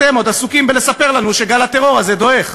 אתם עוד עסוקים בלספר לנו שגל הטרור הזה דועך,